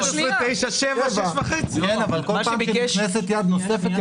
כל פעם שנכנסת יד נוספת,